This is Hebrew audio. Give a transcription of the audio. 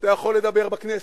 אתה יכול לדבר בכנסת,